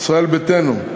ישראל ביתנו,